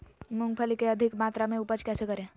मूंगफली के अधिक मात्रा मे उपज कैसे करें?